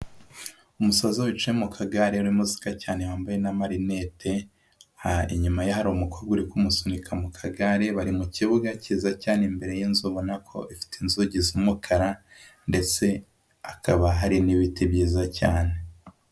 Umusaza wicaye mu kagare, urimo useka cyane, wambaye n'amarinete, inyuma ye hari umukobwa uri kumusunika mu kagare, bari mu kibuga kiza cyane, imbere y'inzu ubona ko ifite inzugi z'umukara ndetse hakaba hari n'ibiti byiza cyane.